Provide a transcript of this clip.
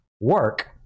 work